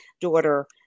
daughter